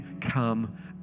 come